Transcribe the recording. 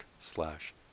slash